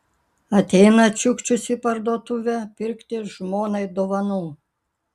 ateina čiukčius į parduotuvę pirkti žmonai dovanų